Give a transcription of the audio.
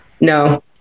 No